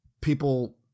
people